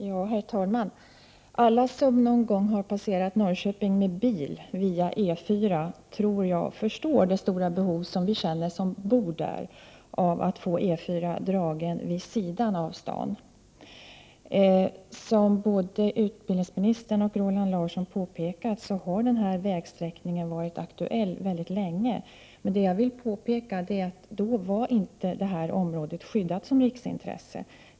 Herr talman! Jag tror att alla som någon gång har passerat Norrköping med bil förstår det stora behov som vi som bor i Norrköping har när det gäller att få E 4 dragen vid sidan av staden. Som både utbildningsministern och Roland Larsson påpekade har denna vägsträckning varit aktuell mycket länge. Men tidigare var inte detta område skyddat som riksintresse.